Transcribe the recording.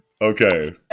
Okay